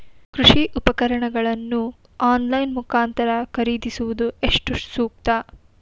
ಕೃಷಿ ಉಪಕರಣಗಳನ್ನು ಆನ್ಲೈನ್ ಮುಖಾಂತರ ಖರೀದಿಸುವುದು ಎಷ್ಟು ಸೂಕ್ತ?